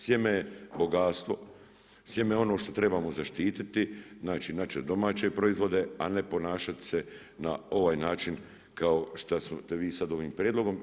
Sjeme je bogatstvo, sjeme je ono što trebamo zaštiti, znači naše domaće proizvode, a ne ponašati se na ovaj način kao što ste vi sada ovim prijedlogom.